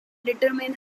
determine